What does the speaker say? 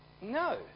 No